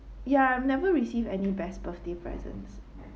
ya I never received any best birthday presents